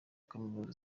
kaminuza